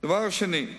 הדבר השני,